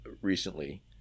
recently